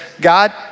God